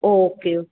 okay okay